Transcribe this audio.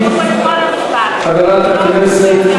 התפקיד שלנו, חברת הכנסת.